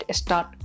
start